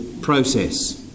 process